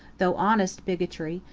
though honest bigotry,